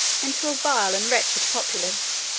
into a vile and wretched populace,